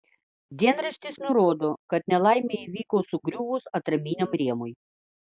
dienraštis nurodo kad nelaimė įvyko sugriuvus atraminiam rėmui